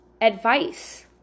advice